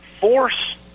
force